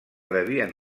devien